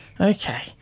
Okay